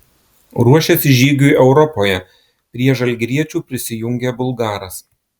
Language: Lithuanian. ruošiasi žygiui europoje prie žalgiriečių prisijungė bulgaras